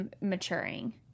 maturing